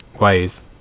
ways